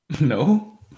No